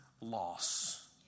loss